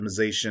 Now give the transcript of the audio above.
optimization